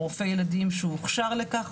או רופא ילדים שהוכשר לכך,